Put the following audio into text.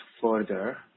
further